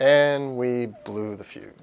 and we blew the future